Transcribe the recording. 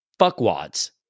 fuckwads